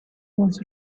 was